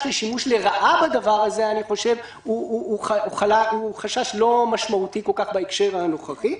לשימוש לרעה בזה הוא חשש לא משמעותי כל כך בהקשר הנוכחי.